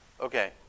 Okay